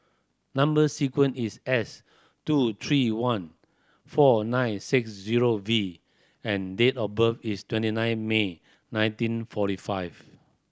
number sequence is S two three one four nine six zero V and date of birth is twenty nine May nineteen forty five